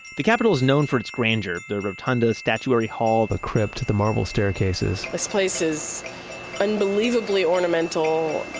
the capitol is known for its grandeur. the rotunda, statuary hall the crypt, the marble staircases this place is unbelievably ornamental.